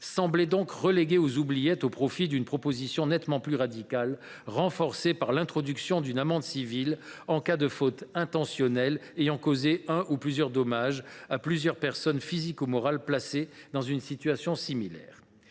semblait donc reléguée aux oubliettes au profit d’une proposition de loi nettement plus radicale, trait renforcé par l’introduction d’une amende civile en cas de faute intentionnelle ayant causé un ou plusieurs dommages à plusieurs personnes physiques ou morales placées dans une situation similaire.